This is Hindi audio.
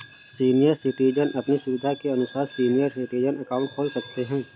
सीनियर सिटीजन अपनी सुविधा के अनुसार सीनियर सिटीजन अकाउंट खोल सकते है